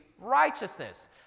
righteousness